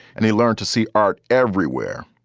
and he learned to see art everywhere.